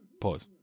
pause